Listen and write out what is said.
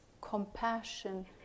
compassion